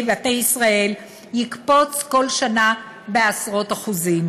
בית בישראל יקפוץ כל שנה בעשרות אחוזים.